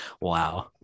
Wow